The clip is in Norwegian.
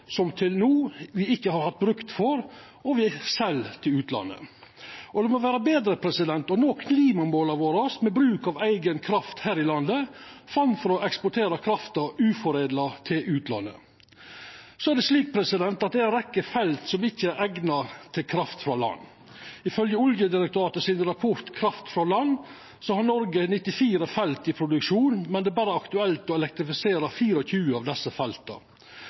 som vi til no ikkje har hatt bruk for, og sel til utlandet. Det må vera betre å nå klimamåla våre med bruk av eiga kraft her i landet, framfor å eksportera krafta uforedla til utlandet. Så er det slik at ei rekkje felt ikkje er eigna for kraft frå land. Ifølgje rapporten frå Oljedirektoratet, «Kraft fra land til norsk sokkel», har Noreg 94 felt i produksjon, men det er berre aktuelt å elektrifisera 24 av desse felta.